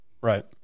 Right